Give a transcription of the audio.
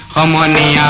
armani